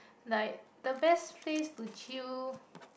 like the best place to chill